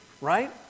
right